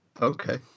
Okay